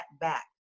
back